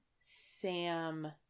Sam